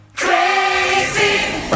Crazy